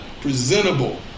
presentable